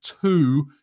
two